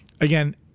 Again